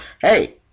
hey